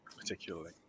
particularly